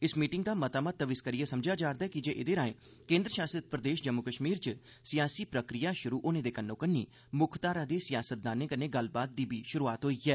इस मीटिंग दा मता महत्व इस करियै समझेआ जा'रदा ऐ कीजे एह्दे राएं केन्द्र शासित प्रदेश जम्मू कश्मीर च सियासी प्रक्रिया शुरु होने दे कन्नो कन्नी मुक्ख धारा दे सियासतदानें कन्नै गल्लबात दी बी शुरुआत होई ऐ